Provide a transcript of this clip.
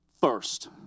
first